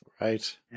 Right